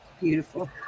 beautiful